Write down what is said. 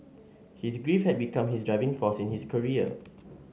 his grief had become his driving force in his career